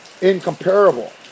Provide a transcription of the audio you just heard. incomparable